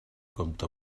comte